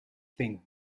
thing